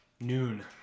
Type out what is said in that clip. Noon